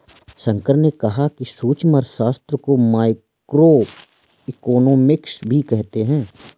शंकर ने कहा कि सूक्ष्म अर्थशास्त्र को माइक्रोइकॉनॉमिक्स भी कहते हैं